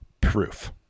proof